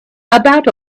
about